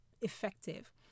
effective